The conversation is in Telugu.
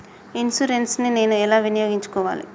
ఇన్సూరెన్సు ని నేను ఎలా వినియోగించుకోవాలి?